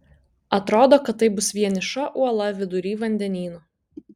atrodo kad tai bus vieniša uola vidury vandenyno